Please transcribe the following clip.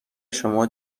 شما